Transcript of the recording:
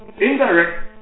indirect